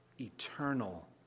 eternal